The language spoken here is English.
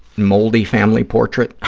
moldy family portrait,